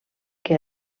què